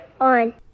on